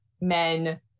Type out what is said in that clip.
men